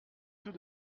tout